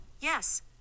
Yes